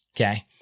Okay